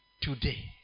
today